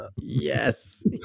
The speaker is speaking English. Yes